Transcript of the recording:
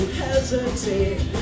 hesitate